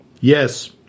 yes